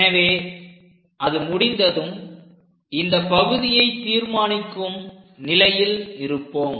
எனவே அது முடிந்ததும் இந்த பகுதியை நிர்மாணிக்கும் நிலையில் இருப்போம்